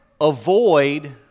avoid